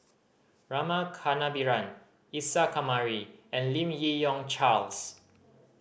Rama Kannabiran Isa Kamari and Lim Yi Yong Charles